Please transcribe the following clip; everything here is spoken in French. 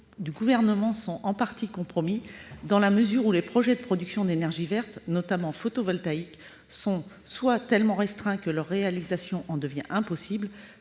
du Gouvernement sont en partie compromis puisque les projets de production d'énergie verte, notamment photovoltaïque, sont soit tellement restreints que leur réalisation en devient impossible,